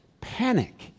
panic